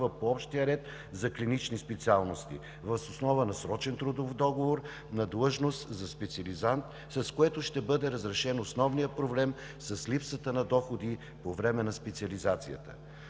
по общия ред за клинични специалности въз основа на срочен трудов договор на длъжност за специализант, с което ще бъде разрешен основният проблем с липсата на доходи по време на специализацията.